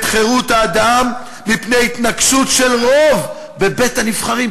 חירות האדם מפני התנקשות גם של רוב בבית-הנבחרים,